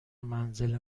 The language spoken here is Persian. منزل